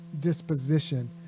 disposition